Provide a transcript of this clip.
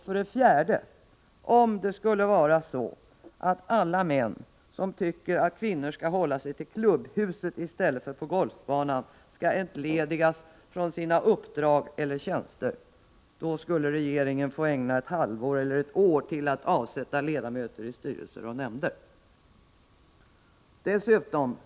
För det fjärde: Om det skulle vara så att alla män som tycker att kvinnor skall hålla sig i klubbhuset i stället för på golfbanan skall entledigas från sina uppdrag eller tjänster, skulle regeringen få ägna ett halvår eller ett år till att avsätta ledamöter i styrelser och nämnder.